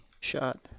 shot